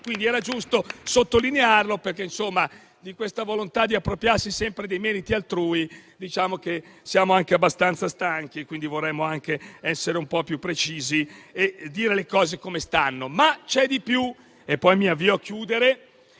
Quindi era giusto sottolinearlo, perché di questa volontà di appropriarsi sempre dei meriti altrui siamo abbastanza stanchi e quindi vorremmo essere un po' più precisi e dire le cose come stanno. C'è però di più - e mi avvio a concludere